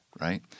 Right